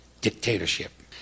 dictatorship